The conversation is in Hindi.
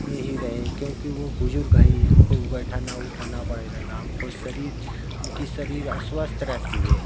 में ही रहे क्योंकि वह बुज़ुर्ग है ही उनको बैठाना उठाना पड़ेगा काम को शरीर उनकी शरीर अस्वस्थ रहती है